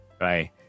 right